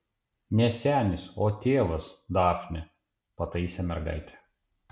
ne senis o tėvas dafne pataisė mergaitę